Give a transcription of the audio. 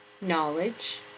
Knowledge